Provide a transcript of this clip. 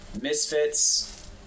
Misfits